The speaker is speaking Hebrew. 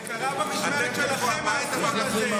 זה קרה במשמרת שלכם, האסון הזה.